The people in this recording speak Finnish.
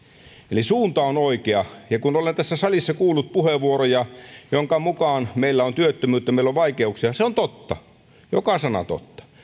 eli suunta on oikea kun olen tässä salissa kuullut puheenvuoroja joiden mukaan meillä on työttömyyttä ja meillä on vaikeuksia se on totta joka sana totta